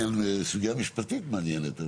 סוגיה משפטית מעניינת.